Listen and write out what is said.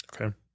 Okay